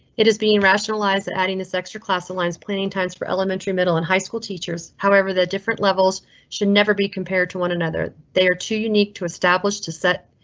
it is being rationalized that adding this extra class aligns planting times for elementary, middle, and high school teachers. however, the different levels should never be compared to one another. they are too unique to establish to set.